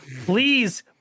please